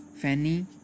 Fanny